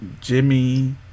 Jimmy